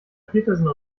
petersen